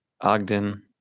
Ogden